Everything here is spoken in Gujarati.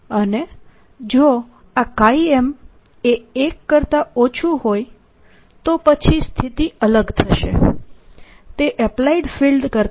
અને જો આ M એ 1 કરતા ઓછું હોય તો પછી સ્થિતિ અલગ હશે તે એપ્લાઇડ ફિલ્ડ કરતા ઓછું હશે